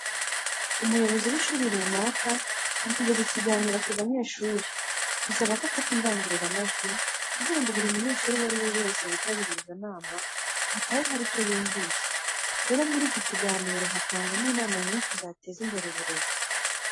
Iyo umuyobozi w'ishuri runaka ari kugeza ikiganiro ku banyeshuri bisaba ko afata indangururamajwi kugira ngo buri munyeshuri uwo ari we wese witabiriye iyo nama atahe hari icyo yumvise. Rero muri iki kiganiro hatangwamo inama nyinshi zateza imbere uburezi.